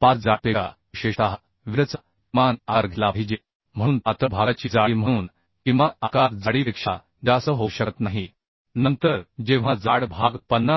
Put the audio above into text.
पातळ जाडीपेक्षा विशेषतः वेल्डचा किमान आकार घेतला पाहिजे म्हणून पातळ भागाची जाडी म्हणून किमान आकार जाडीपेक्षा जास्त होऊ शकत नाही नंतर जेव्हा जाड भाग 50 मि